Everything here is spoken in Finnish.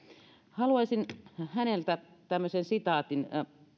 haluaisin häneltä tämmöisen sitaatin